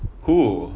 who